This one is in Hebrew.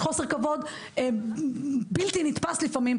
יש חוסר כבוד בלתי נתפס לפעמים,